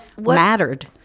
mattered